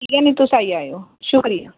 ठीक ऐ नी तुस आई जाएओ शुक्रिया